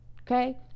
Okay